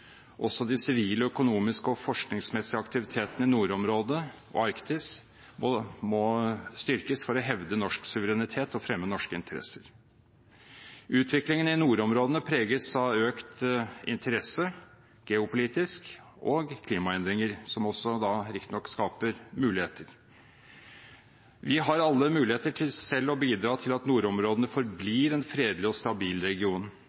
Også de sivile, økonomiske og forskningsmessige aktivitetene i nordområdet og Arktis må styrkes for å hevde norsk suverenitet og fremme norske interesser. Utviklingen i nordområdene preges av økt interesse, geopolitisk, og klimaendringer, som riktignok også skaper muligheter. Vi har alle muligheter til selv å bidra til at nordområdene forblir en fredelig og stabil region.